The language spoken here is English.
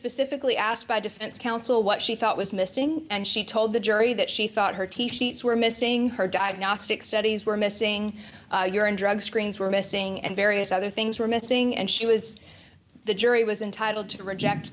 specifically asked by defense counsel what she thought was missing and she told the jury that she thought her teach sheets were missing her diagnostic studies were missing urine drug screens were missing and various other things were missing and she was the jury was entitled to reject